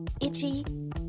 Itchy